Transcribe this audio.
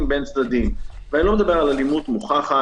בין צדדים ואני לא מדבר על אלימות מוכחת,